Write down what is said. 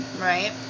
right